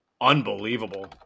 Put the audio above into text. unbelievable